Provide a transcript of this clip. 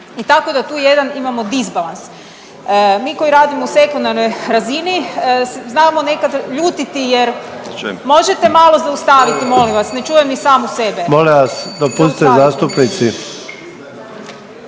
i tako da tu jedan imamo disbalans. Mi koji radimo u sekundarnoj razini znamo se nekad ljutiti jer, možete malo zaustaviti molim vas, ne čujem ni samu sebe, zaustavite…/Govornik